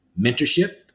mentorship